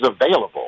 available